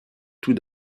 tout